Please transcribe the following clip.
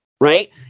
Right